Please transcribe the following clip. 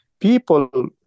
people